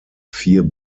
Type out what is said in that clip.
vier